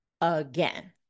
again